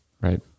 Right